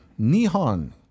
Nihon